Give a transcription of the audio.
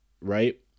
right